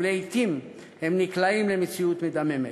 ולעתים הם נקלעים למציאות מדממת.